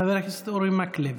חבר הכנסת אורי מקלב,